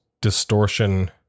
distortion